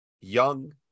young